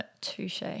Touche